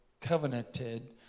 covenanted